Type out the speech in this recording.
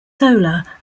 solar